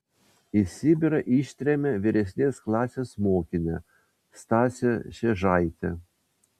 į sibirą ištrėmė vyresnės klasės mokinę stasę šėžaitę